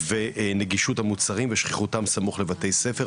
ונגישות המוצרים ושכיחותם סמוך לבתי ספר,